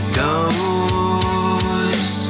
goes